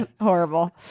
Horrible